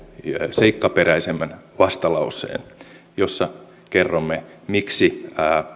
seikkaperäisemmän vastalauseen jossa kerromme miksi